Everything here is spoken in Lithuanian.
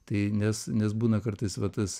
tai nes nes būna kartais va tas